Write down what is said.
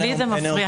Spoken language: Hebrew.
לי זה מפריע.